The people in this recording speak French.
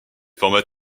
formats